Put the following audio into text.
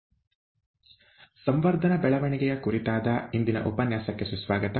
ʼಸಂವರ್ಧನ ಬೆಳವಣಿಗೆʼಯ ಕುರಿತಾದ ಇಂದಿನ ಉಪನ್ಯಾಸಕ್ಕೆ ಸುಸ್ವಾಗತ